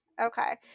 Okay